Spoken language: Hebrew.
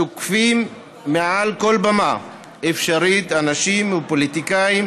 תוקפים מעל כל במה אפשרית אנשים ופוליטיקאים